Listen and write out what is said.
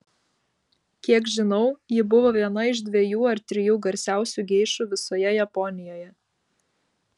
kiek žinau ji buvo viena iš dviejų ar trijų garsiausių geišų visoje japonijoje